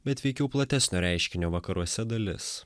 bet veikiau platesnio reiškinio vakaruose dalis